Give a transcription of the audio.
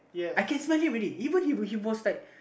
I can smell him ready even he was he wasn't like